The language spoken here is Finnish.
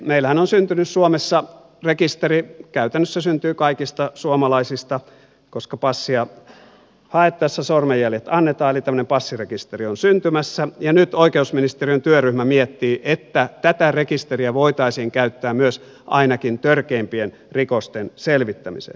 meillähän on syntynyt suomessa rekisteri käytännössä syntyy kaikista suomalaisista koska passia haettaessa sormenjäljet annetaan eli tämmöinen passirekisteri on syntymässä ja nyt oikeusministeriön työryhmä miettii että tätä rekisteriä voitaisiin käyttää myös ainakin törkeimpien rikosten selvittämiseen